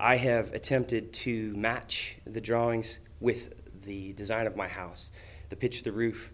i have attempted to match the drawings with the design of my house the pitch the roof